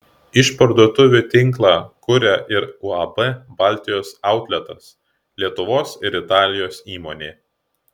išparduotuvių tinklą kuria ir uab baltijos autletas lietuvos ir italijos įmonė